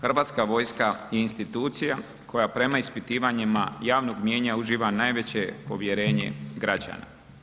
Hrvatska vojska je institucija koja prema ispitivanje javnog mnijenja uživa najveće povjerenje građana.